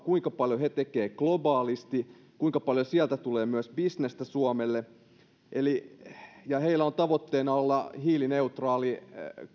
kuinka paljon he tekevät globaalisti kuinka paljon sieltä tulee myös bisnestä suomelle heillä on tavoitteena olla hiilineutraali